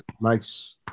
Nice